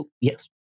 yes